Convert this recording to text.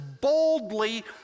boldly